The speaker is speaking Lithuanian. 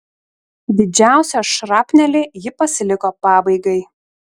didžiausią šrapnelį ji pasiliko pabaigai